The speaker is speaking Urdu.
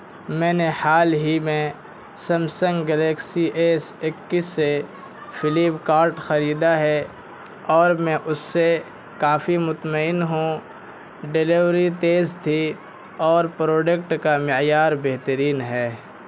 میں نے حال ہی میں سمسنگ گلیکسی ایس اکیس سے فلپکارٹ خریدا ہے اور میں اس سے کافی مطمئن ہوں ڈیلوری تیز تھی اور پروڈکٹ کا معیار بہترین ہے